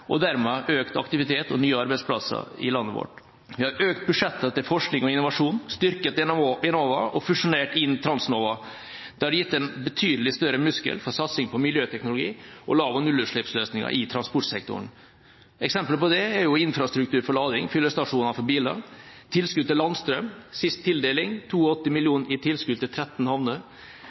og dermed økt aktivitet og nye arbeidsplasser i landet vårt. Vi har økt budsjettene til forskning og innovasjon, styrket Enova og fusjonert inn Transnova. Det har gitt en betydelig større muskel for satsing på miljøteknologi og lav- og nullutslippsløsninger i transportsektoren. Eksempel på det er infrastruktur for lading, fyllestasjoner for biler, tilskudd til landstrøm – siste tildeling 82 mill. kr i tilskudd til 13 havner